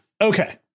Okay